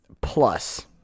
Plus